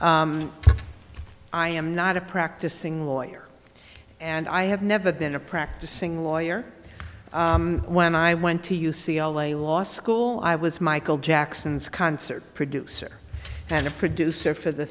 i am not a practicing lawyer and i have never been a practicing lawyer when i went to u c l a law school i was michael jackson's concert producer and a producer for the